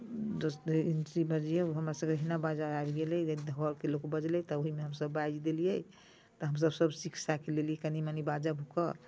दोस्तसँ हिंदी बजियौ हमरासभके एना बाजय आबि गेलै जे घरके लोग बजलै तऽ ओहीमे हमसभ बाजि देलियै तऽ हमसभ सभ सीख साखि लेलियै कनी मनी बाजय भूकय